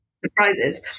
surprises